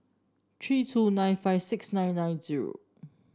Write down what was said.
three two nine five six nine nine zero